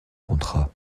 contrat